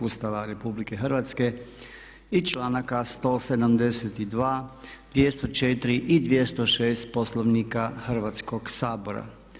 Ustava RH i članaka 172, 204 i 206 Poslovnika Hrvatskog sabora.